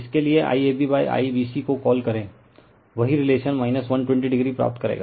इसके लिए IAB IBC को कॉल करे वही रिलेशन 120o प्राप्त करेगा